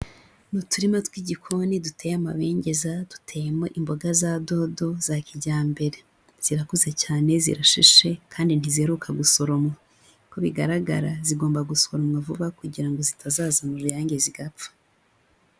Ni uturima tw'igikoni duteye amabengeza duteyemo imboga za dodo za kijyambere. Zirakuze cyane zirashishe kandi ntiziheruka gusoromwa. Uko bigaragara zigomba gusoromwa vuba kugira ngo zitazazana uruyange zigapfa.